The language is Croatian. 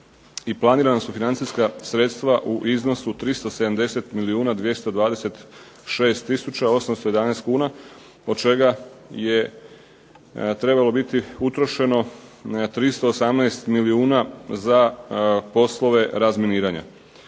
planirana su financijska sredstva u iznosu 370 milijuna 226 tisuća 811 kuna, od čega je trebalo biti utrošeno 318 milijuna za poslove razminiranja.